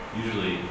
usually